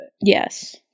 Yes